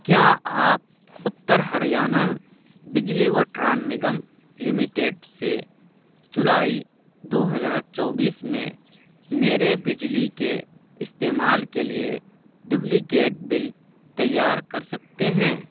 کیا آپ اتر ہریانہ بجلی وٹران نگم لمیٹڈ سے جولائی دو ہزار چوبیس میں میرے بجلی کے استعمال کے لیے ڈبلیکیٹ بل تیار کر سکتے ہیں